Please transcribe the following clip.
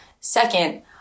Second